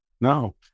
No